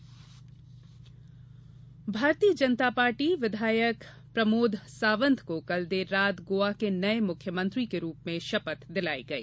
गोवा मुख्यमंत्री भारतीय जनता पार्टी विधायक प्रमोद सावंत को कल देर रात गोवा के नये मुख्यमंत्री के रूप में शपथ दिलाई गई